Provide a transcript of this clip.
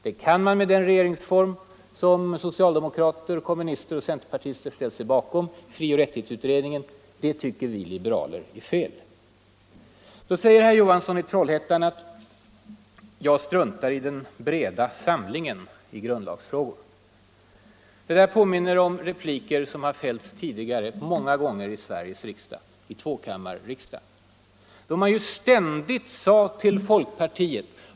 Det kan man också med den regeringsform som socialdemokrater, kommunister och centerpartister ställt sig bakom i frioch rättighetsutredningen. Det tycker vi liberaler är fel. Herr Johansson i Trollhättan säger att jag struntar i den breda samlingen i grundlagsfrågor. Det påminner om repliker som har fällts tidigare många gånger i tvåkammarriksdagen.